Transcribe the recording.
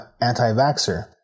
anti-vaxxer